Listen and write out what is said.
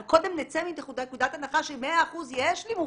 אבל קודם נצא מנקודת הנחה ש-100% יש לי מובטחים.